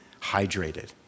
hydrated